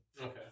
Okay